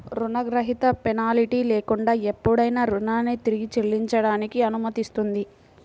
రుణగ్రహీత పెనాల్టీ లేకుండా ఎప్పుడైనా రుణాన్ని తిరిగి చెల్లించడానికి అనుమతిస్తుంది